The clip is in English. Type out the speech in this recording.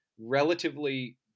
relatively